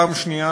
פעם שנייה,